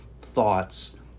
thoughts